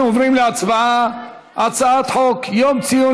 אנחנו עוברים להצבעה על הצעת חוק יום ציון